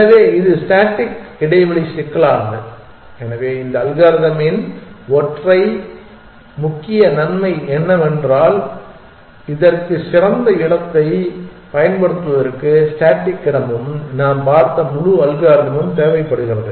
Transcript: எனவே இது ஸ்டேடிக் இடைவெளி சிக்கலானது எனவே இந்த அல்காரிதமின் ஒற்றை முக்கிய நன்மை என்னவென்றால் இதற்கு சிறந்த இடத்தைப் பயன்படுத்துவதற்கு ஸ்டேடிக் இடமும் நாம் பார்த்த முழு அல்காரிதமும் தேவைப்படுகிறது